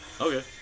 Okay